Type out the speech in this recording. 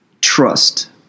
trust